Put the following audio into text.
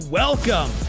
welcome